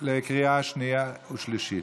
הדיון לקריאה שנייה ושלישית.